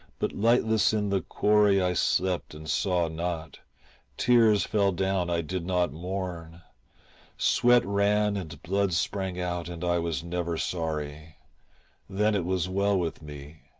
but lightless in the quarry i slept and saw not tears fell down, i did not mourn sweat ran and blood sprang out and i was never sorry then it was well with me,